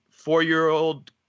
four-year-old